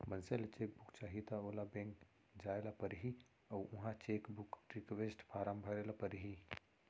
मनसे ल cheque book चाही त ओला बेंक जाय ल परही अउ उहॉं चेकबूक रिक्वेस्ट फारम भरे ल परही